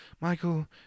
Michael